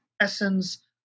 essence